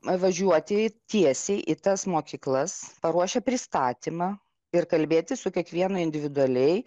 važiuoti tiesiai į tas mokyklas paruošę pristatymą ir kalbėtis su kiekvienu individualiai